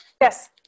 Yes